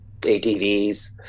ATVs